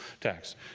tax